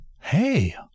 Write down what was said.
hey